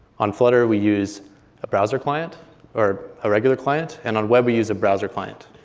on flutter we use a browser client or a regular client. and on web we use a browser client.